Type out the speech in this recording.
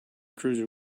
cruiser